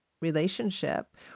relationship